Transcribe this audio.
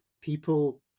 people